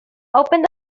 open